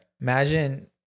Imagine